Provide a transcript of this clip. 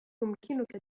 يمكنك